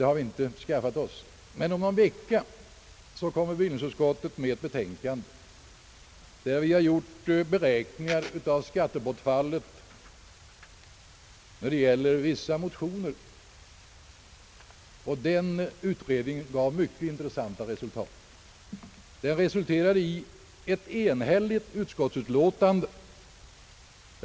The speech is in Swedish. Det har inte gjorts någon sådan sammanställning, men om någon vecka kommer det ett betänkande från bevillningsutskottet i vilket det finns beräkningar av det skattebortfall som skulle bli följden av bifall till vissa motioner. Den uträkningen resulterade i ett enhälligt utskottsbetänkande.